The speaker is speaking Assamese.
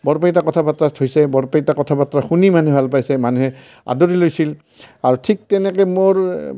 বৰপেটা কথা বতৰাত হৈছে বৰপেটা কথা বতৰা শুনি ইমান ভাল পাইছে মানুহে আদৰি লৈছিল আৰু ঠিক তেনেকৈ মোৰ